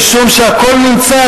משום שהכול נמצא,